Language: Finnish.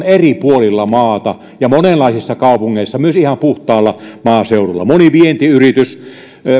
eri puolilla maata ja monenlaisissa kaupungeissa myös ihan puhtaalla maaseudulla moni vientiyritys